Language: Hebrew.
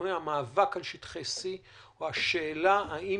על שטחי C או השאלה האם